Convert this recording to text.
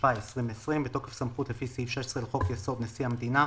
התשפ"א 2020 בתוקף הסמכות לפי סעיף 16 לחוק-יסוד: נשיא המדינה,